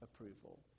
approval